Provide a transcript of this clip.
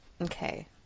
Okay